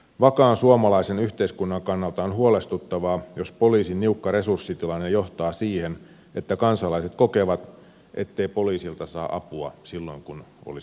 vakaan suomalaisen yhteiskunnan kannalta on huolestuttavaa jos poliisin niukka resurssitilanne johtaa siihen että kansalaiset kokevat ettei poliisilta saa apua silloin kun olisi tarvis